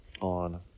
on